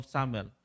Samuel